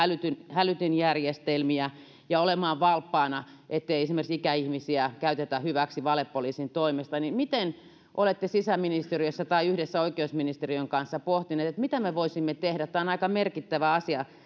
hälytinjärjestelmiä ja olemaan valppaina ettei esimerkiksi ikäihmisiä käytetä hyväksi valepoliisin toimesta niin miten olette sisäministeriössä tai yhdessä oikeusministeriön kanssa pohtineet mitä me voisimme tehdä tämä on aika merkittävä asia